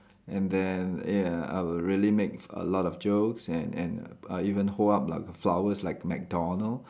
and then ya I will really make a lot of jokes and and uh even hold up like flowers like McDonald